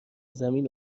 زمین